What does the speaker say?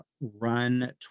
run